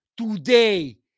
Today